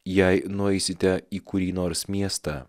jei nueisite į kurį nors miestą